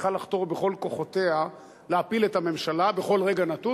צריכה לחתור בכל כוחותיה להפיל את הממשלה בכל רגע נתון